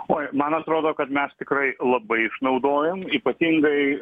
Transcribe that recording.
uoj man atrodo kad mes tikrai labai išnaudojam ypatingai